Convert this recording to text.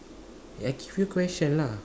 I give you question lah